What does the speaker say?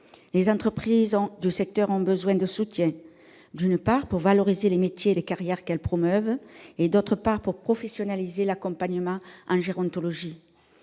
Les entreprises du secteur ont besoin de soutien, d'une part pour valoriser les métiers et les carrières qu'elles promeuvent, d'autre part pour professionnaliser l'accompagnement en gérontologie.